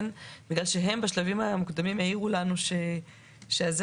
בשלבים המוקדמים הם העירו לנו שהיעדר